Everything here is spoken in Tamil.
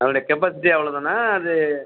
அதோட கேப்பாசிட்டியே அவ்வளோதானா அது